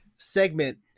segment